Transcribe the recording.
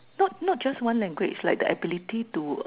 not not just one language like the ability to